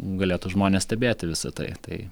galėtų žmonės stebėti visa tai tai